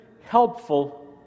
helpful